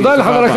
תודה רבה.